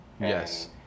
Yes